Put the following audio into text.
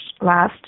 last